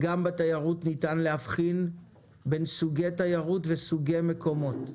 גם בתיירות ניתן להבחין בין סוגי תיירות וסוגי מקומות.